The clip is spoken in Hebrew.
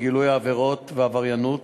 לגילוי העבירות והעבריינות